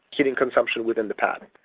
heating consumption within the padd.